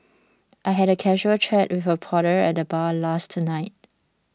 I had a casual a chat with a porter at the bar last night